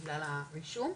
בגלל הרישום,